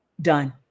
Done